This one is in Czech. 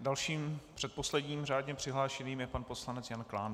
Dalším, předposledním řádně přihlášeným je pan poslanec Jan Klán.